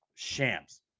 shams